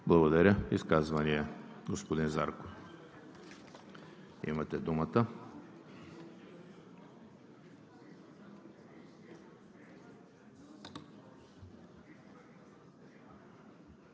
Благодаря. Изказвания? Господин Зарков, имате думата.